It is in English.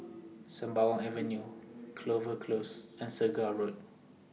Sembawang Avenue Clover Close and Segar Road